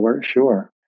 sure